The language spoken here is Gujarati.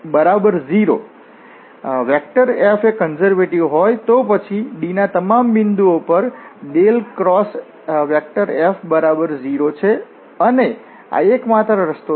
F એ કન્ઝર્વેટિવ હોય તો પછી D ના તમામ બિંદુઓ પર F0 છે અને આ એકમાત્ર રસ્તો છે